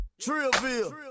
Trillville